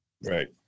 right